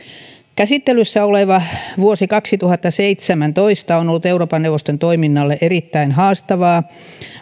käsittelyssä oleva vuosi kaksituhattaseitsemäntoista on ollut euroopan neuvoston toiminnalle erittäin haastava